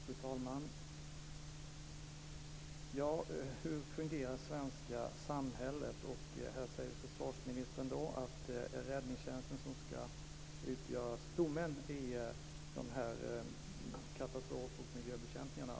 Fru talman! Hur fungerar det svenska samhället? Försvarsministern säger att det är räddningstjänsten som skall utgöra stommen i katastrof och miljöbekämpningarna.